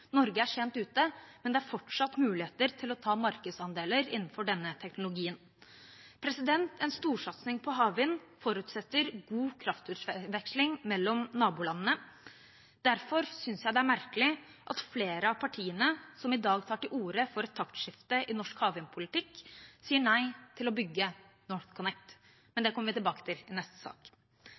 Norge er sent ute, men det er fortsatt muligheter til å ta markedsandeler innenfor denne teknologien. En storsatsing på havvind forutsetter god kraftutveksling mellom nabolandene. Derfor synes jeg det er merkelig at flere av partiene som i dag tar til orde for et taktskifte i norsk havvindpolitikk, sier nei til å bygge NorthConnect – men det kommer vi tilbake til i neste sak.